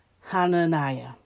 Hananiah